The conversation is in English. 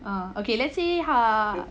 uh okay let's say ha